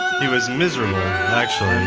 he was miserable actually.